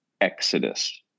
exodus